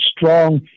strong